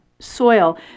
soil